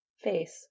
face